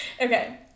Okay